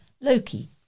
Loki